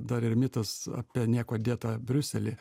dar ir mitas apie niekuo dėtą briuselį